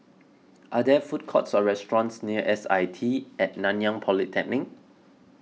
are there food courts or restaurants near S I T at Nanyang Polytechnic